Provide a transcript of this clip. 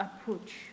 approach